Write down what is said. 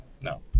no